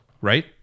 right